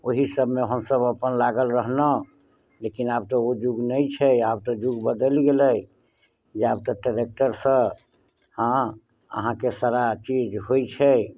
ओही सभमे हमसभ अपन लागल रहलहुँ लेकिन आब तऽ ओ युग नहि छै आब तऽ युग बदलि गेलै आब तऽ ट्रेक्टरसँ हँ अहाँके सारा चीज होइत छै